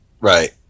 Right